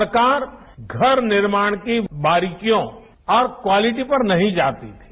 सरकार घर निर्माण की बारीकियों हर क्वालिटी पर नहीं जाती थी